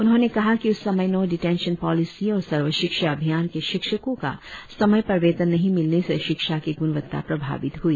उन्होंने कहा कि उस समय नो डिटेंशन पॉलिसी और सर्वशिक्षा अभियान के शिक्षकों का समय पर वेतन नहीं मिलने से शिक्षा की गणवत्ता प्रभावित हई